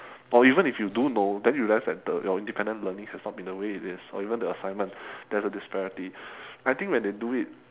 or even if you do know then you realize that the your independent learning has not been the way it is or even the assignments there is a disparity I think when they do it